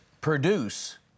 produce